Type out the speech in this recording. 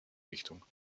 richtung